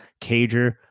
Cager